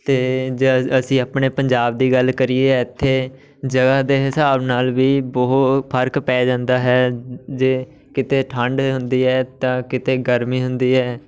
ਅਤੇ ਜੇ ਅਸੀਂ ਆਪਣੇ ਪੰਜਾਬ ਦੀ ਗੱਲ ਕਰੀਏ ਇੱਥੇ ਜਗ੍ਹਾ ਦੇ ਹਿਸਾਬ ਨਾਲ ਵੀ ਬਹੁਤ ਫਰਕ ਪੈ ਜਾਂਦਾ ਹੈ ਜੇ ਕਿਤੇ ਠੰਡ ਹੁੰਦੀ ਹੈ ਤਾਂ ਕਿਤੇ ਗਰਮੀ ਹੁੰਦੀ ਹੈ